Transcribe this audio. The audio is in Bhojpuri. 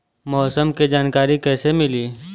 मौसम के जानकारी कैसे मिली?